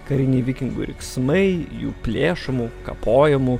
kariniai vikingų riksmai jų plėšomų kapojamų